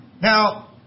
Now